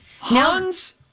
Hans